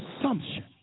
assumption